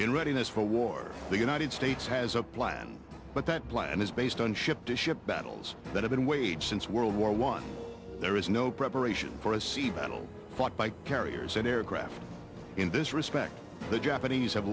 readiness for war the united states has a plan but that plan is based on ship to ship battles that have been waged since world war one there is no preparation for a sea battle fought by carriers and aircraft in this respect the japanese have